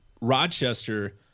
Rochester